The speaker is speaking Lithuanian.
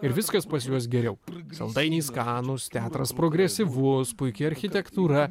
ir viskas pas juos geriau saldainiai skanūs teatras progresyvus puiki architektūra